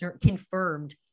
confirmed